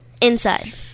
Inside